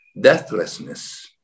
deathlessness